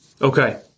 Okay